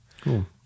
Cool